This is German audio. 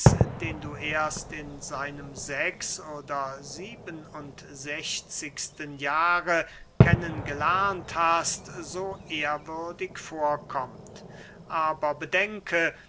den du erst in seinem sechs oder sieben und sechzigsten jahre kennen gelernt hast so ehrwürdig vorkommt aber bedenke